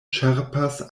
ĉerpas